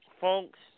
Folks